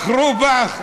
בחרו בך,